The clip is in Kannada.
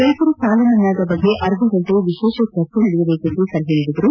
ರೈತರ ಸಾಲಮನ್ನಾದ ಬಗ್ಗೆ ಅರ್ಧಗಂಟೆ ವಿಶೇಷ ಚರ್ಚೆ ನಡೆಯಬೇಕೆಂದು ಸಲಹೆ ನೀಡಿದರು